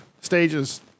stages